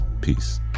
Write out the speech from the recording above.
peace